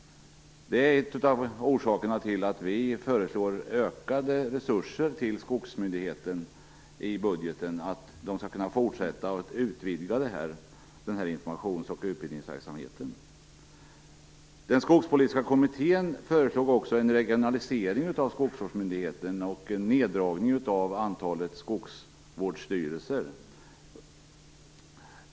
Det är en av orsakerna till att vi föreslår ökade resurser till skogsmyndigheten i budgeten så att man skall kunna fortsätta med denna informations och utbildningsverksamhet och utvidga den. Den skogspolitiska kommittén föreslog också en regionalisering av skogsvårdsmyndigheten och en neddragning av antalet skogsvårdsstyrelser.